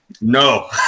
no